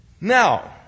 Now